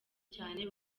cyane